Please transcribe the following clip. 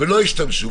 ולא השתמשו.